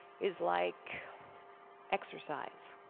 is like exercise.